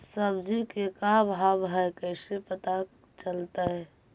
सब्जी के का भाव है कैसे पता चलतै?